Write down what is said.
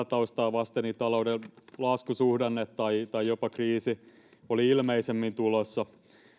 taustaa vasten talouden laskusuhdanne tai tai jopa kriisi oli ilmeisemmin tulossa